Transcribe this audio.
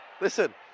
Listen